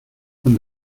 con